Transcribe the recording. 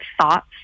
thoughts